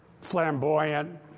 flamboyant